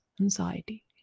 anxiety